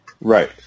Right